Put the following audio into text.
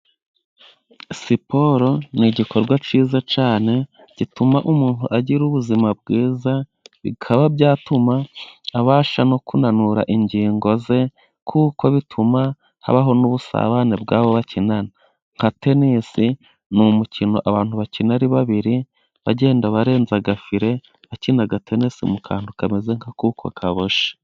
Siporo ni igikorwa cyiza cyane gituma umuntu agira ubuzima bwiza. Bikaba byatuma abasha no kunanura ingingo ze, kuko bituma habaho n'ubusabane bw'abo bakinana. Nka tenisi ni umukino abantu bakina ari babiri bagenda barenza agafile, bakina agatenesi mu kantu kameze nk'akuko kaboshye.